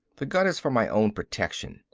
the gun is for my own protection.